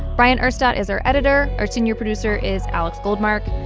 bryant urstadt is our editor. our senior producer is alex goldmark.